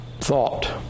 thought